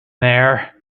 there